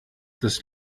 das